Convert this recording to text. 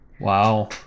Wow